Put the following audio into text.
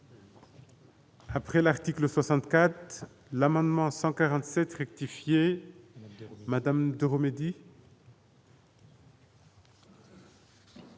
Après l'article 64 l'amendement 147 rectifier Madame Mehdi.